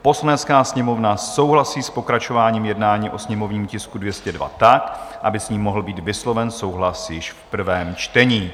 Poslanecká sněmovna souhlasí s pokračováním jednání o sněmovním tisku 202 tak, aby s ním mohl být vysloven souhlas již v prvém čtení.